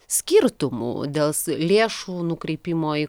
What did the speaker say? skirtumų dėl s lėšų nukreipimo į